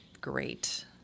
great